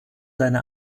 seine